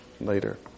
later